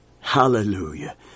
Hallelujah